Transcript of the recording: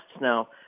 now